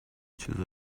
چیزا